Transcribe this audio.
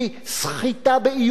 סחיטה באיומים,